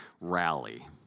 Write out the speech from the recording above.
rally